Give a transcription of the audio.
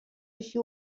així